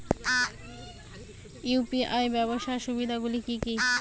UPI ব্যাবহার সুবিধাগুলি কি কি?